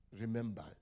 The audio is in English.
remember